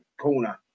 corner